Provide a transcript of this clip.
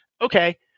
okay